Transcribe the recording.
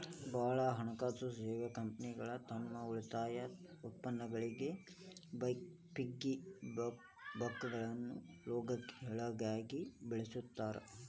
ಭಾಳ್ ಹಣಕಾಸು ಸೇವಾ ಕಂಪನಿಗಳು ತಮ್ ಉಳಿತಾಯ ಉತ್ಪನ್ನಗಳಿಗಿ ಪಿಗ್ಗಿ ಬ್ಯಾಂಕ್ಗಳನ್ನ ಲೋಗೋಗಳಾಗಿ ಬಳಸ್ತಾರ